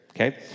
okay